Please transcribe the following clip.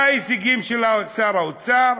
מה ההישגים של שר האוצר?